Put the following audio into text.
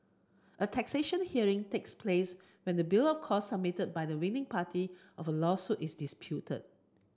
a taxation hearing takes place when the bill of costs submitted by the winning party of a lawsuit is disputed